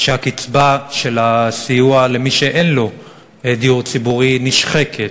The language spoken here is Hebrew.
שהקצבה של הסיוע למי שאין לו דיור ציבורי נשחקת,